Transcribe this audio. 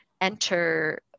enter